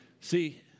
See